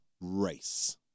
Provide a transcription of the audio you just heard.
race